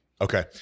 Okay